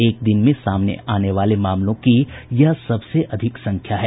एक दिन में सामने आने वाले मामलों की यह सबसे अधिक संख्या है